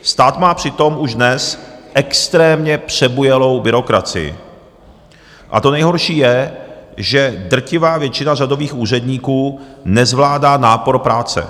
Stát má přitom už dnes extrémně přebujelou byrokracii a to nejhorší je, že drtivá většina řadových úředníků nezvládá nápor práce.